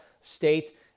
state